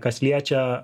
kas liečia